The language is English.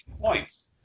points